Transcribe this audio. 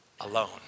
alone